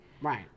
Right